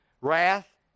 Wrath